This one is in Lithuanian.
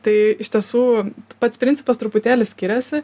tai iš tiesų pats principas truputėlį skiriasi